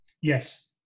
Yes